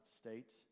States